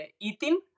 eating